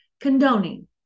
condoning